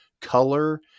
color